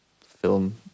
film